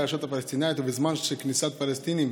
הרשות הפלסטינית ובזמן שכניסת פלסטינים